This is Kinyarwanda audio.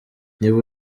niba